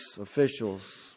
officials